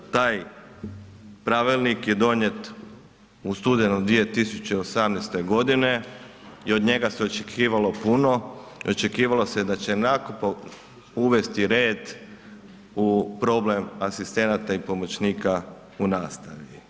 Taj pravilnik je donijet u studenom 2018. godine i od njega se očekivalo puno i očekivalo se da će napokon uvesti red u problem asistenata i pomoćnika u nastavi.